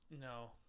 No